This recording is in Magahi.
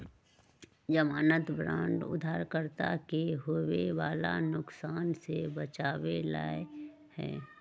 ज़मानत बांड उधारकर्ता के होवे वाला नुकसान से बचावे ला हई